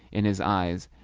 in his eyes,